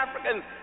Africans